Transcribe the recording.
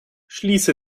schließe